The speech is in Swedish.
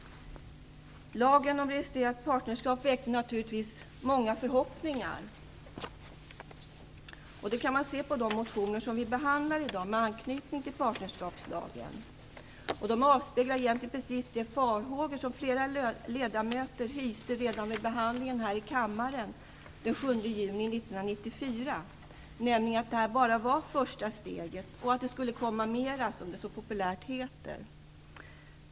Lagen om registrerat partnerskap väckte naturligtvis många förhoppningar. Det kan man se på de motioner med anknytning till partnerskapslagen som vi behandlar i dag. De avspeglar egentligen precis de farhågor som flera ledamöter hyste redan vid behandlingen av ärendet här i kammaren den 7 juni 1994, nämligen att lagen bara var första steget och att det skulle komma mera.